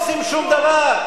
אתם לא עושים שום דבר,